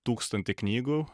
tūkstantį knygų